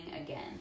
again